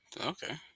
Okay